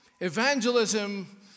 Evangelism